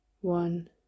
one